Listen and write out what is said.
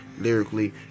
lyrically